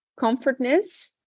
comfortness